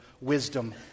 wisdom